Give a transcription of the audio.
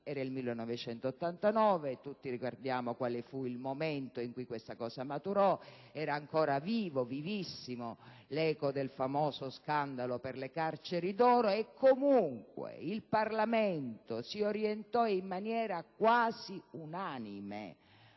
Era il 1989 e ricordiamo tutti il momento in cui questa decisione maturò. Era ancora viva, vivissima, l'eco del famoso scandalo per le carceri d'oro e, comunque il Parlamento si orientò in maniera quasi unanime